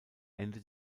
ende